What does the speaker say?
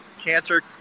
cancer